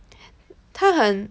她很